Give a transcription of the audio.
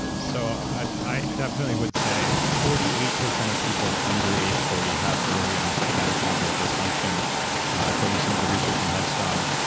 ah so i i definitely would say forty eight percent of people under age forty have early onset mitochondrial dysfunction according to some of the research in head strong.